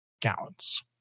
gallons